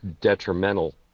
detrimental